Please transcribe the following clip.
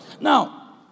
Now